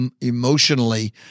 emotionally